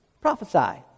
prophesy